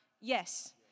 Yes